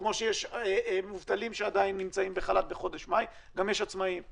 כמו שיש מובטלים שעדיין נמצאים בחל"ת בחודש מאי גם יש עצמאים.